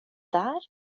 där